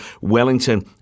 Wellington